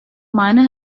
miner